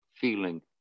feeling